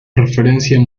referencia